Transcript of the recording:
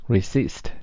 Resist